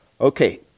Okay